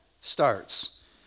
starts